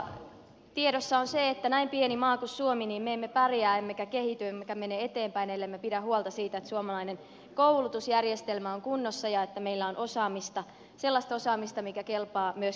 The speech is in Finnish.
tiedossa on se että näin pieni maa kuin suomi me emme pärjää emmekä kehity emmekä mene eteenpäin ellemme pidä huolta siitä että suomalainen koulutusjärjestelmä on kunnossa ja että meillä on osaamista sellaista osaamista mikä kelpaa myöskin maailmalle